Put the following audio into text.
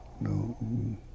No